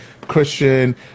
Christian